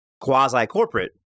quasi-corporate